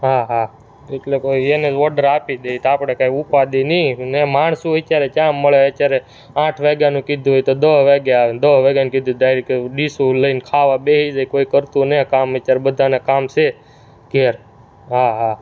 હા હા એટલે કહું એને જ ઓડર આપી દઇએ તો આપણે કાંઈ ઉપાધિ નહીં ને માણસો અત્યારે ક્યાં મળે અત્યારે આઠ વાગ્યાનું કીધું હોય તો દસ વાગ્યે આવે ને દસ વાગ્યાનું કીધું હોય તો ડાયરેક ડીશો લઈને ખાવા બેસી જાય કોઇ કરતું નથી કામ અત્યારે બધાને કામ છે ઘરે હા હા